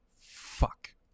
Fuck